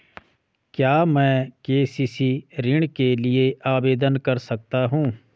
क्या मैं के.सी.सी ऋण के लिए आवेदन कर सकता हूँ?